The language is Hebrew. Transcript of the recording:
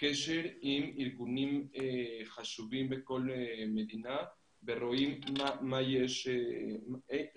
קשר עם ארגונים חשובים בכל מדינה ורואים למה